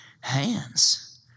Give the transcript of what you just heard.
hands